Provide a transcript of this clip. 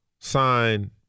sign